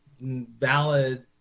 valid